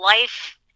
life